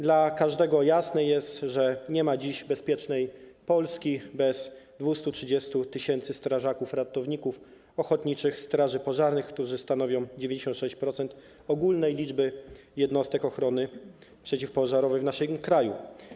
Dla każdego jasne jest, że nie ma dziś bezpiecznej Polski bez 230 tys. strażaków ratowników ochotniczych straży pożarnych, którzy stanowią 96% ogólnej liczby jednostek ochrony przeciwpożarowej w naszym kraju.